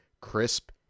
crisp